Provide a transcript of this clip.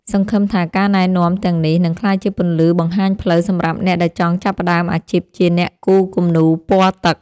សង្ឃឹមថាការណែនាំទាំងនេះនឹងក្លាយជាពន្លឺបង្ហាញផ្លូវសម្រាប់អ្នកដែលចង់ចាប់ផ្តើមអាជីពជាអ្នកគូរគំនូរពណ៌ទឹក។